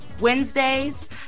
Wednesdays